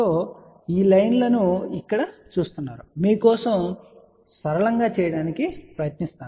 ఇప్పుడు మీరు ఈ లైన్ లను ఇక్కడ చూస్తున్నారు మీ కోసం మనము సరళంగా చేయడానికి ప్రయత్నిస్తాము